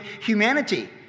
humanity